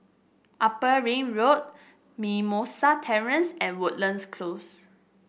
Upper Ring Road Mimosa Terrace and Woodlands Close